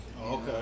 Okay